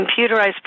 computerized